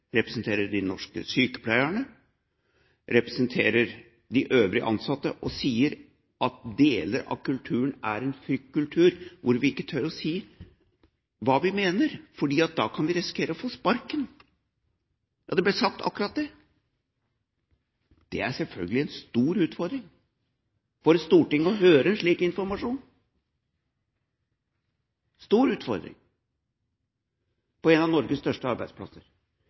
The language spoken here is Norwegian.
representerer de norske sykepleierne og representerer de øvrige ansatte og sier at deler av kulturen er en fryktkultur, hvor man ikke tør å si hva man mener, for da kan man risikere å få sparken. Det ble sagt akkurat det. Det er selvfølgelig en stor utfordring for Stortinget å få slik informasjon – en stor utfordring – fra en av Norges største arbeidsplasser.